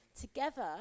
Together